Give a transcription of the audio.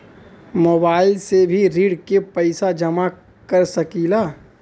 Mobile से भी ऋण के पैसा जमा कर सकी ला?